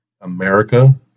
America